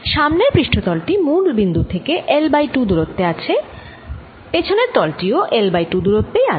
সামনের পৃষ্ঠ তল টি মূল বিন্দু থেকে L বাই 2 দূরত্বে রয়েছে পেছনের তল টিও L বাই 2 দূরত্বেই আছে